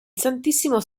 santissimo